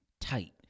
tight